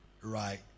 right